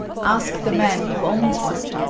ask the man who owns one,